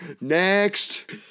Next